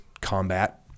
combat